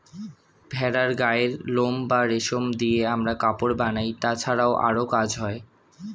ভেড়ার গায়ের লোম বা রেশম দিয়ে আমরা কাপড় বানাই, তাছাড়াও আরো কাজ হয়